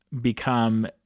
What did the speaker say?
become